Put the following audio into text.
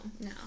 No